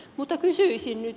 mutta kysyisin nyt